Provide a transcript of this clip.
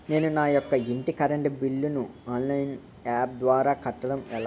నేను నా యెక్క ఇంటి కరెంట్ బిల్ ను ఆన్లైన్ యాప్ ద్వారా కట్టడం ఎలా?